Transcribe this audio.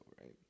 right